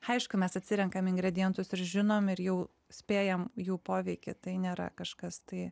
aišku mes atsirenkam ingredientus ir žinom ir jau spėjam jų poveikį tai nėra kažkas tai